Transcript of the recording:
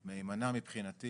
בצורה מהימנה מבחינתי